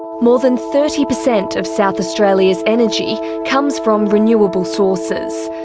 more than thirty percent of south australia's energy comes from renewable sources.